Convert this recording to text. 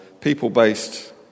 people-based